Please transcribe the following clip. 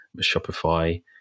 Shopify